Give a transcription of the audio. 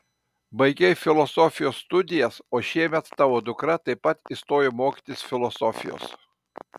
baigei filosofijos studijas o šiemet tavo dukra taip pat įstojo mokytis filosofijos